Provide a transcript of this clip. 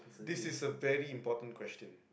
this is a very important question